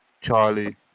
Charlie